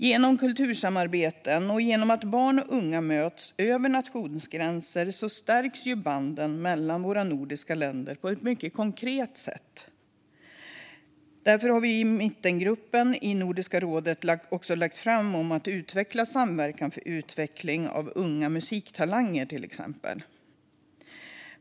Genom kultursamarbeten och genom att barn och unga möts över nationsgränserna stärks banden mellan våra nordiska länder på ett mycket konkret sätt. Därför har vi i Mittengruppen i Nordiska rådet också lagt fram förslag om att utveckla samverkan för utveckling av unga musiktalanger, till exempel.